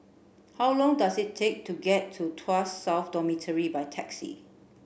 how long does it take to get to Tuas South Dormitory by taxi